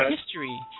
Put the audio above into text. history